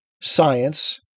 science